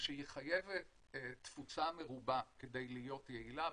שהיא חייבת תפוצה מרובה כדי להיות יעילה.